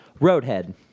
Roadhead